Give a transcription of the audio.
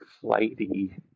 flighty